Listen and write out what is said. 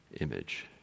image